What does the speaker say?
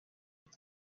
iki